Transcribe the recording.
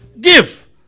Give